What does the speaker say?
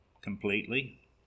completely